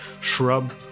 shrub